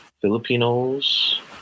Filipinos